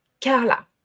Carla